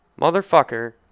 Motherfucker